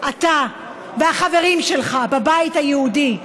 אתה והחברים שלך בבית היהודי,